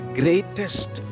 greatest